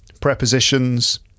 prepositions